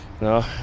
No